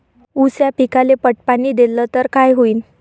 ऊस या पिकाले पट पाणी देल्ल तर काय होईन?